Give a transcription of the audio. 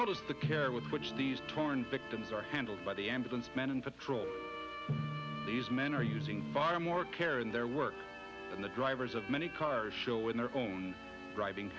notice the care with which these torn victims are handled by the ambulance men and patrol these men are using bar more care in their work in the drivers of many car are showing their own driving